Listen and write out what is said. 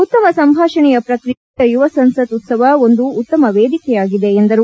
ಉತ್ತಮ ಸಂಭಾಷಣೆಯ ಪ್ರಕ್ರಿಯೆಗೆ ರಾಷ್ಟೀಯ ಯುವ ಸಂಸತ್ ಉತ್ತವ ಒಂದು ಉತ್ತಮ ವೇದಿಕೆಯಾಗಿದೆ ಎಂದರು